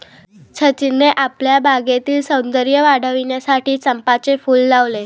सचिनने आपल्या बागेतील सौंदर्य वाढविण्यासाठी चंपाचे फूल लावले